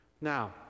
Now